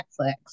Netflix